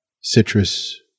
citrus